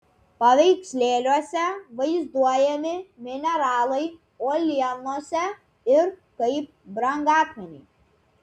paveikslėliuose vaizduojami mineralai uolienose ir kaip brangakmeniai